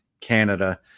Canada